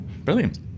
Brilliant